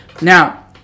Now